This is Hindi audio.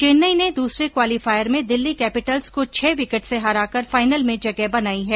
चेन्नई ने दूसरे क्वालीफायर में दिल्ली कैपिटल्स को छह विकेट से हराकर फाइनल में जगह बनाई है